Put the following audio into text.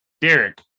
Derek